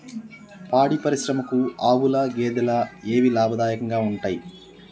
పాడి పరిశ్రమకు ఆవుల, గేదెల ఏవి లాభదాయకంగా ఉంటయ్?